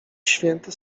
święty